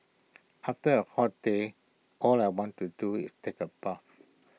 after A hot day all I want to do is take A bath